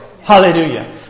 Hallelujah